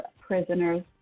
prisoners